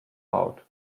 out